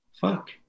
Fuck